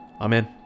Amen